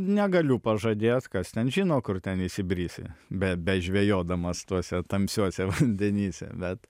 negaliu pažadėt kas ten žino kur ten įsibrisi be be žvejodamas tuose tamsiuose vandenyse bet